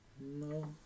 No